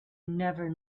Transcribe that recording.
never